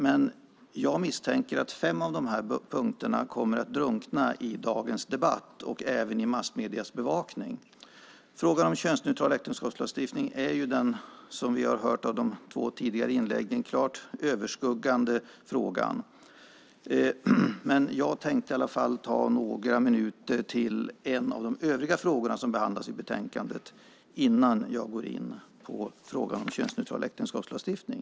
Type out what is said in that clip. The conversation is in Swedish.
Men jag misstänker att fem av punkterna kommer att drunkna i dagens debatt och även i massmediernas bevakning. Frågan om en könsneutral äktenskapslagstiftning är, som vi hört av de två tidigare inläggen här, den klart överskuggande frågan. Jag tänker i alla fall använda några minuter till en av övriga frågor som behandlas i betänkandet innan jag går in på frågan om en könsneutral äktenskapslagstiftning.